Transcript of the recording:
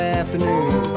afternoon